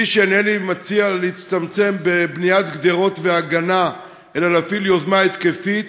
כפי שאינני מציע להצטמצם בבניית גדרות והגנה אלא להפעיל יוזמה התקפית,